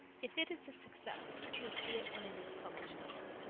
if it is a success you'll see it when it is published, gilbert,